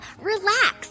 Relax